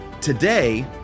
Today